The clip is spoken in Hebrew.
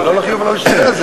אלא שיקולים של מדינת חוק,